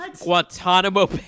Guantanamo